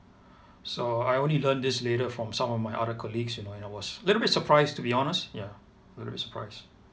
so I only learnt this later from some of my other colleagues you know and I was little bit surprised to be honest ya little bit surprised